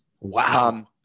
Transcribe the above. Wow